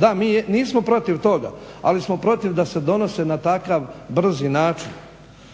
da mi nismo protiv toga, ali smo protiv da se donose na takav brzi način.